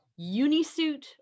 unisuit